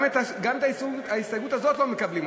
גם את ההסתייגות הזאת לא מקבלים.